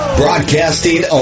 broadcasting